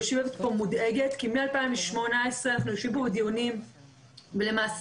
יושבת פה מודאגת כי מ-2018 אנחנו יושבים פה בדיונים ולמעשה